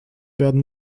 werden